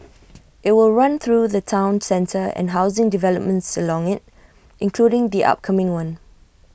IT will run through the Town centre and housing developments along IT including the upcoming one